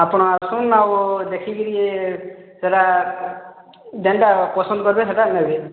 ଆପଣ ଆସନ ଆଉ ଦେଖିକିରି ସେରା ଯେନ୍ତା ପସନ୍ଦ କରିବେ ସେହିଟା ନେବେ